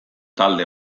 talde